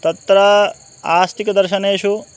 तत्र आस्तिकदर्शनेषु